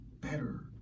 better